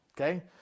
Okay